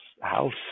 house